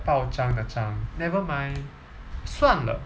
报章的章 nevermind 算了